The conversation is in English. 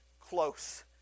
close